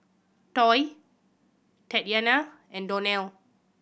Toy Tatyanna and Donnell